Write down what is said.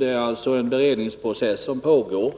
Det är alltså en beredningsprocess som pågår,